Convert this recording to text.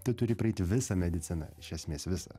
tu turi praeiti visą mediciną iš esmės visą